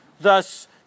Thus